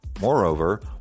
Moreover